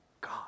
God